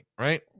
right